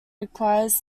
requires